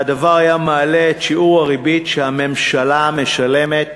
והדבר היה מעלה את שיעור הריבית שהממשלה משלמת